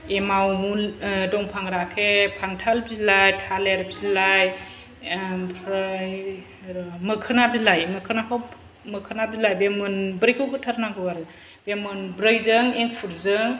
एमाव ओह दंफां राखेफ खानथाल बिलाइ थालेर बिलाइ आमफ्राय र' मोखोना बिलाइ मोखोनाखौ मोखोना बिलाइ बे मोनब्रैखौ होथारनांगौ आरो बे मोनब्रैजों एंखुरजों